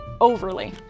overly